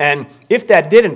and if that did in